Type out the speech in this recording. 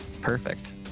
perfect